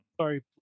sorry